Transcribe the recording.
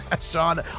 Sean